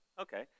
Okay